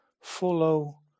follow